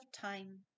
time